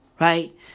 Right